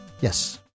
Yes